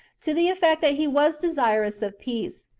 to the effect that he was desirous of peace,